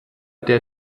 der